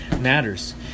matters